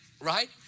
right